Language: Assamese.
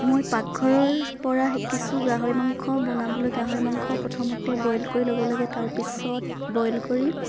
মই পাকঘৰৰপৰা শিকিছো গাহৰি মাংস বনাবলৈ গাহৰি মাংস প্ৰথমতে বইল কৰি ল'ব লাগে তাৰপিছত বইল কৰি